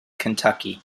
kentucky